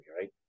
Right